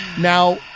Now